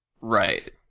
Right